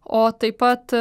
o taip pat